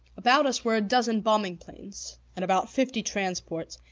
about us were a dozen bombing planes, and about fifty transports,